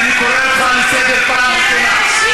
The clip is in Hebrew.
אני קורא אותך לסדר פעם ראשונה.